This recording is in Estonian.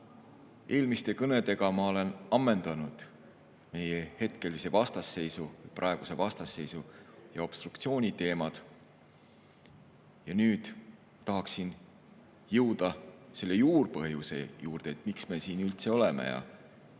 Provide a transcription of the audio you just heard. eelmiste kõnedega ma olen ammendanud meie hetkelise vastasseisu, praeguse vastasseisu, ja obstruktsiooni teemad ja nüüd tahaksin jõuda selle juurpõhjuse juurde, miks me siin üldse oleme ja